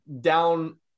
down